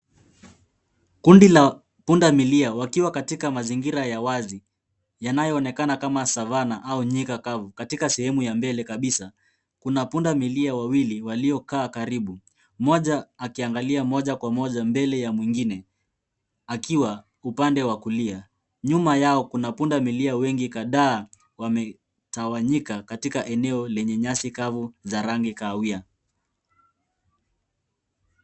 Kundi la pundamilia wakiwa katika mazingira ya wazi, yanayo onekana kama savana au nyika kavu katika sehemu ya mbele kabisa. Kuna punda milia wawili walio kaa karibu, moja akiangalia moja kwa moja mbele ya mwingine, akiwa upande wakulia. Nyuma yao kuna pundamilia uengi kadhaa wametawanyika katika eneo lenye nyasi kavu za rangi kahawia.